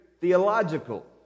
theological